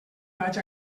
vaig